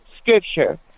scripture